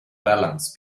balance